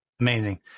Amazing